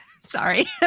Sorry